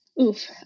Oof